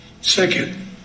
Second